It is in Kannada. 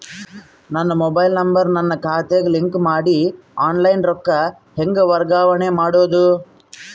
ನನ್ನ ಮೊಬೈಲ್ ನಂಬರ್ ನನ್ನ ಖಾತೆಗೆ ಲಿಂಕ್ ಮಾಡಿ ಆನ್ಲೈನ್ ರೊಕ್ಕ ಹೆಂಗ ವರ್ಗಾವಣೆ ಮಾಡೋದು?